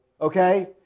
okay